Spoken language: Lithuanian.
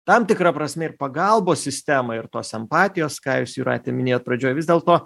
tam tikra prasme ir pagalbos sistemą ir tos empatijos ką jūs jūrate minėjot pradžioj vis dėlto